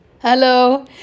Hello